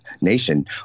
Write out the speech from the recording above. nation